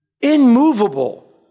Immovable